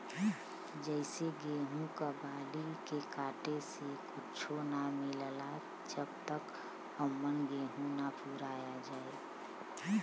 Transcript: जइसे गेहूं क बाली के काटे से कुच्च्छो ना मिलला जब तक औमन गेंहू ना पूरा आ जाए